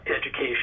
education